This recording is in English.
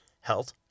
health